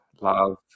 love